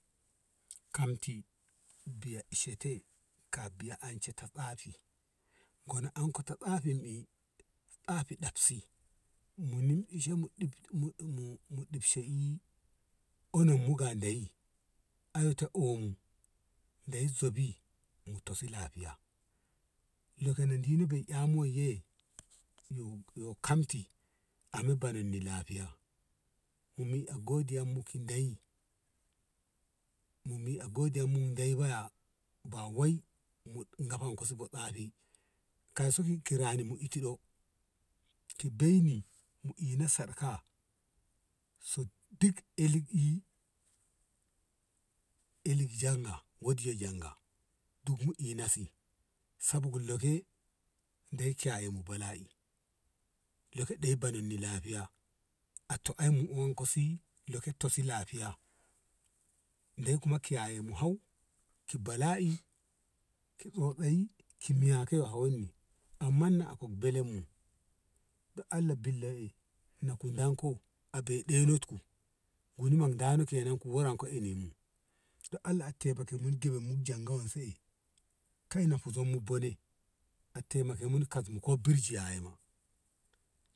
kamti biye shete ka biya an ce ta tsafi gona an ko ta tsafin i tsafi ɗafsi mu ɗifshe i ummu ga deyyi ana ta omu dei zobi mo tosi lafiya lo ko dalo din be e amu wai ye yo kamti lame bonan ni lafiya mu mia godiyya mu ki dei mu mi a godiyya go dei baya gafan do tsafi kai so ki rani mu iti ɗo ki dai ni mu ina saɗaka suk duk ele i eli e janga ward e janga duk mu ina se loke ɗowen bonan ni lahiya atto mu wanka si to si lafiya dei kuma kiyyayye mu hau ki bala i ki tsautsayi ki miya akehawan ni na akom belem mu don Allah billa eh don ko a be et ɗonot ku guniman dan kenan ku waren kan ene mu don allah a temake mu diben mu janga wese se kan mu huzon mu bone a teimaken mu kas mu ko birji yaye ma